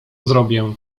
zrobię